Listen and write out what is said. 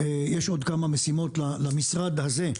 שיש עוד כמה משימות למשרד הזה,